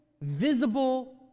visible